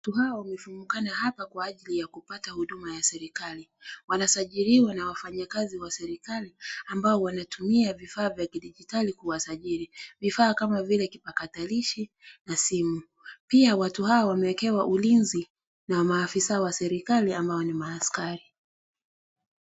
Watu hawa wamefunikama hapa kwa ajili ya kupata huduma ya serikali wanasajiliwa na wafanyikazi wa serikali ambao wanatumia vifaa vya kidijitali kuwasajili, vifaa kama vile kipatakalishi na simu, pia watu hawa wameekewa ulinzi na maafisa wa serikali ambao ni maaskari.